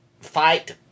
fight